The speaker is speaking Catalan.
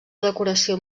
decoració